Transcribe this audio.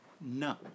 No